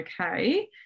okay